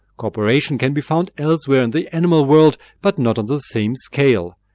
cooperation can be found elsewhere in the animal world but not on the same scale.